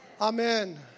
amen